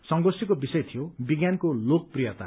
संगोष्ठीको विषय थियो विज्ञानको लोकप्रियता